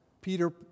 Peter